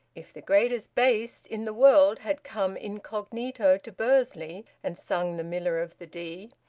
if the greatest bass in the world had come incognito to bursley and sung the miller of the dee,